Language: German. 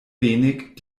wenig